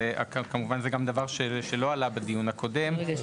זה גם דבר שלא עלה בדיון הקודם, כמובן.